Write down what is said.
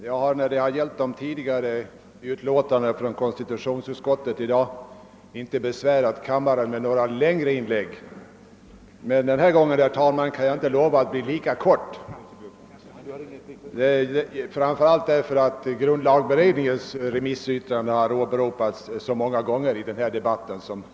Herr talman! Vid behandlingen tidigare i dag av utlåtanden från konstitutionsutskottet har jag inte besvärat kammaren med några längre inlägg, men den här gången kan jag inte lova att fatta mig lika kort, framför allt därför att grundlagberedningens remissyttrande har åberopats så många gånger i debatten.